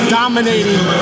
dominating